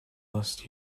last